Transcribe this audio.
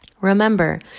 Remember